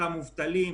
אותם מובטלים,